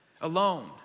alone